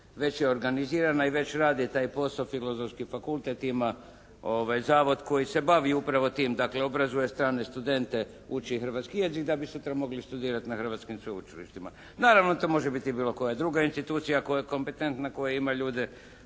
Već je organizirana i već radi taj posao. Filozofski fakultet ima zavod koji se bavi upravo tim, dakle obrazuje strane studente, uči ih hrvatski jezik da bi sutra mogli studirati na hrvatskim sveučilištima. Naravno to može biti i bilo koja druga institucija koja je kompetentna, koja ima ljude